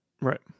Right